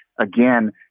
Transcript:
again